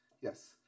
Yes